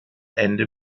ende